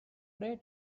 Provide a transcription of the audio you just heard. pray